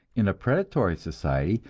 in a predatory society,